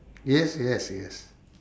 yes yes yes